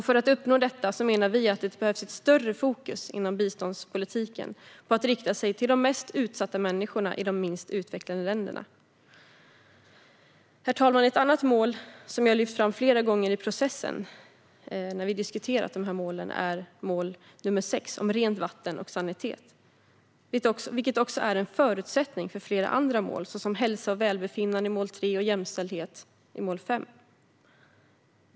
För att uppnå detta menar vi att ett större fokus inom biståndspolitiken borde ligga på att rikta sig till de mest utsatta människorna i de minst utvecklade länderna. Herr talman! Ett annat mål som jag har lyft fram flera gånger i processen när vi har diskuterat de här målen är mål nr 6 om rent vatten och sanitet, vilket är en förutsättning för flera andra mål, såsom hälsa och välbefinnande i mål 3 och jämställdhet i mål 5.